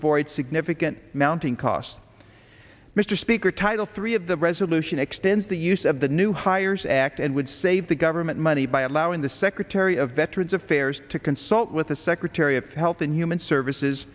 avoid significant mounting costs mr speaker title three of the resolution extends the use of the new hires act and would save the government money by allowing the secretary of veterans affairs to consult with the secretary of health and human services